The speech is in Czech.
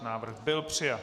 Návrh byl přijat.